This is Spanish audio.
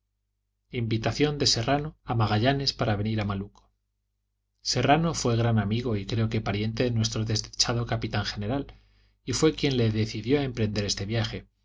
invitación de serrano a magallanes para venir a malucco serrano fué gran amigo y creo que pariente de nuestro desdichado capitán general y fué quien le decidió a emprender este viaje